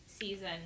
season